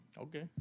Okay